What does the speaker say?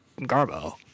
Garbo